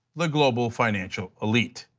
the global financial elites.